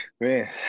Man